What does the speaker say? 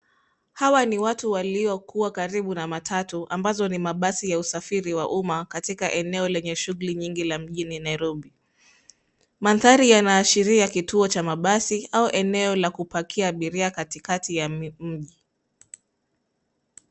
Hawa ni watu waliokuwa karibu na matatu ambazo ni mabasi ya usafiri wa umma katika eneo lenye shuguli nyingi la mjini Nairobi. Manthari yanaashiria kituo cha mabasi au eneo la kupakia abiria katikatia ya mji.